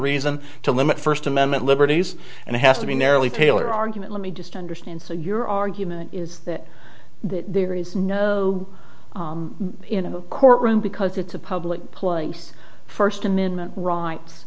reason to limit first amendment liberties and it has to be narrowly tailor argument let me just understand your argument is that there is no you know courtroom because it's a public place first amendment rights